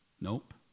Nope